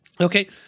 Okay